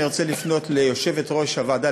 אני רוצה לפנות ליושבת-ראש הוועדה